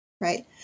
right